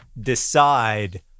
decide